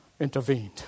intervened